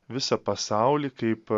visą pasaulį kaip